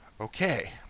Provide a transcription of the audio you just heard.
Okay